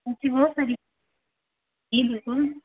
ऐसी बहुत सारी जी बिल्कुल